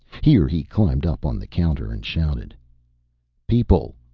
here he climbed up on the counter and shouted people,